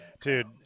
Dude